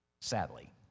sadly